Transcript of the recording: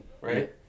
right